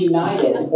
United